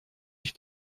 ich